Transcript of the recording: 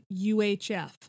UHF